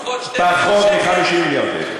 פחות מ-50 מיליון שקל.